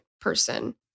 person